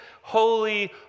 holy